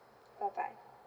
bye bye